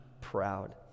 proud